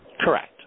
Correct